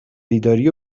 بیداری